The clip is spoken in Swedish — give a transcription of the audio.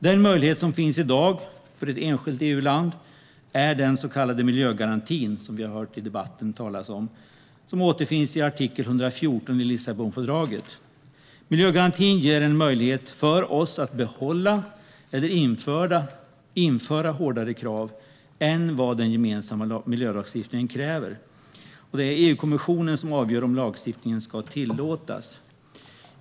Den möjlighet som finns i dag för ett enskilt EU-land är den så kallade miljögarantin, som vi har hört talas om i debatten. Den återfinns i artikel 114 i Lissabonfördraget. Miljögarantin ger en möjlighet för oss att behålla eller införa hårdare krav än vad den gemensamma miljölagstiftningen kräver. Det är EU-kommissionen som avgör om lagstiftningen ska tillåtas.